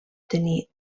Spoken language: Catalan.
tenir